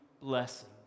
blessings